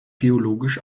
geologisch